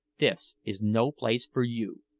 this is no place for you!